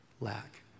lack